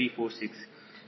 39010